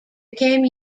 became